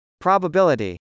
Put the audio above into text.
probability